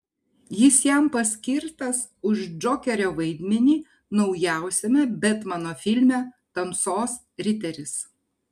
jis jam paskirtas už džokerio vaidmenį naujausiame betmeno filme tamsos riteris